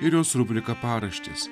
ir jos rubrika paraštės